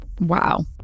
Wow